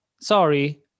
sorry